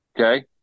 Okay